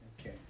Okay